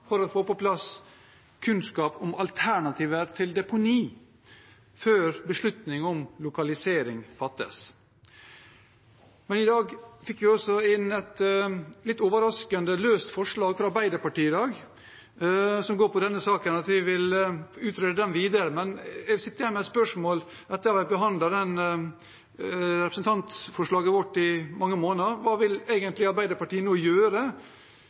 for å få på plass kunnskap om alternativer til deponi før beslutning om lokalisering fattes. Men i dag fikk vi også – litt overraskende – et løst forslag fra Arbeiderpartiet, som går på denne saken, og at man vil utrede videre. Jeg sitter igjen med et spørsmål etter at vi har behandlet representantforslaget vårt i mange måneder: Hva vil egentlig Arbeiderpartiet nå gjøre